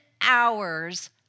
hours